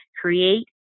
create